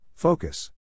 Focus